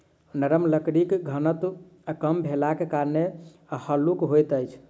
नरम लकड़ीक घनत्व कम भेलाक कारणेँ हल्लुक होइत अछि